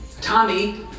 Tommy